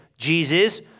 Jesus